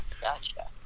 Gotcha